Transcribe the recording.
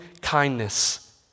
kindness